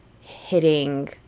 hitting